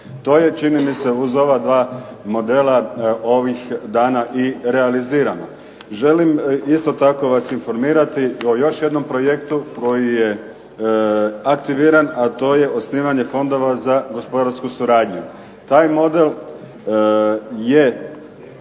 To je čini mi se uz ova dva modela ovih dana i realizirano. Želim isto tako vas informirati o još jednom projektu koji je aktiviran, a to je osnivanje fondova za gospodarsku suradnju. Taj model je